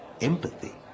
Empathy